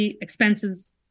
expenses